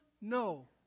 No